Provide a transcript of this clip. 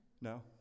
No